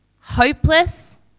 hopeless